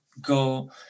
go